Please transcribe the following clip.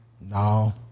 No